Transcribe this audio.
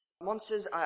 Monsters